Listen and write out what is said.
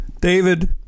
David